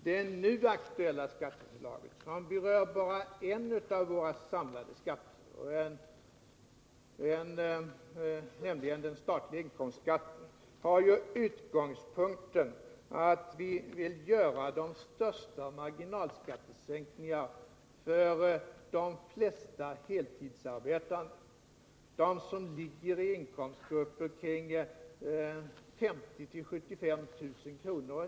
Det nu aktuella skatteförslaget, som berör bara en av alla våra skatter, nämligen den statliga inkomstskatten, har ju utgångspunkten att vi vill göra de största marginalskattesänkningarna för de flesta heltidsarbetande, de som ligger i inkomstskikt på ungefär 50 000-75 000 kr.